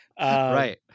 right